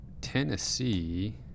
Tennessee